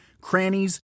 crannies